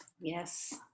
Yes